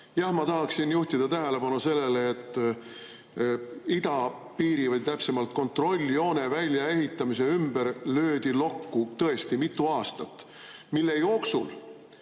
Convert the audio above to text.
Ma tahan juhtida tähelepanu sellele, et idapiiri või täpsemalt kontrolljoone väljaehitamise ümber löödi lokku tõesti mitu aastat, mille jooksul